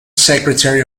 secretary